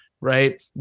right